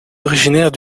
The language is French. originaire